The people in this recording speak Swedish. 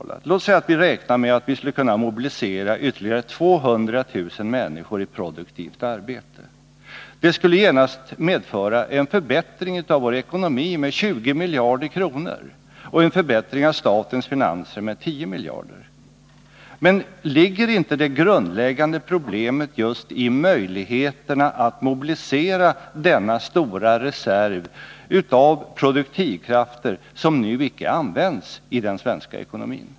Låt oss säga att vi räknar med att vi kan mobilisera ytterligare 200 000 människor i produktivt arbete. Detta skulle genast medföra en förbättring av vår ekonomi med 20 miljarder kronor och en förbättring av statens finanser med 10 miljarder. Men ligger inte det grundläggande problemet just i möjligheterna att mobilisera denna stora reserv av produktivkrafter som icke används i den svenska ekonomin?